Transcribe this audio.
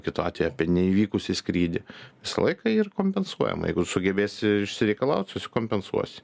kitu atveju apie neįvykusį skrydį visą laiką yra kompensuojama jeigu sugebėsi išsireikalaut susikompensuosi